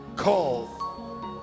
Call